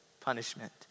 punishment